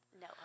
No